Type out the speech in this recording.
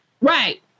Right